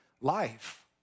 life